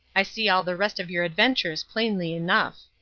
i see all the rest of your adventures plainly enough.